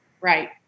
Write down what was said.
Right